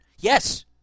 Yes